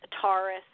Taurus